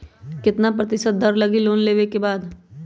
कितना प्रतिशत दर लगी लोन लेबे के बाद?